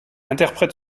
interprète